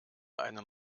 einen